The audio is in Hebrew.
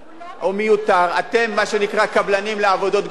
הוא מיותר, אתם מה שנקרא קבלנים לעבודות גמורות,